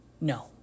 no